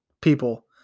people